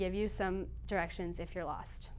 give you some directions if you're lost